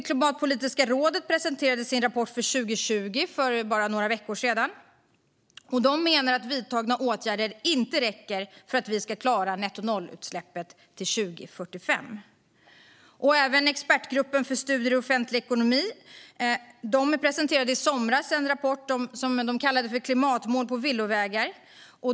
Klimatpolitiska rådet presenterade sin rapport för 2020 för bara några veckor sedan. Det menar att vidtagna åtgärder inte räcker för att vi ska klara att nå målet om nettonollutsläpp till 2045. Även Expertgruppen för studier i offentlig ekonomi presenterade i somras en rapport kallad Klimat mål på villovägar?